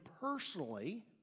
personally